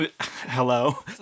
Hello